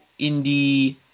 indie